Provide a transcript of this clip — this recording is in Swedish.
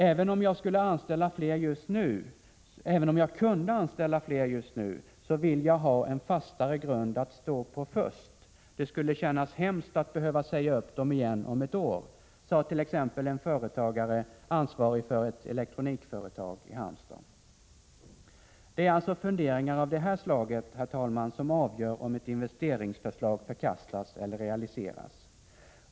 ”Även om jag skulle kunna anställa fler just nu så vill jag ha en fastare grund att stå på först. Det skulle kännas hemskt att behöva säga upp dem igen om ett år”, sade t.ex. en företagare, ansvarig för ett elektronikföretag i Halmstad. Det är alltså funderingar av det här slaget som avgör om ett investeringsförslag förkastas eller realiseras.